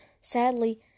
Sadly